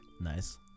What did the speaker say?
nice